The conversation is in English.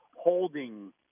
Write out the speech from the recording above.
holding